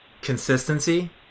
consistency